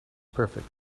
perfect